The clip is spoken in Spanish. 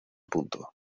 punto